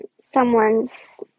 someone's